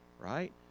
Right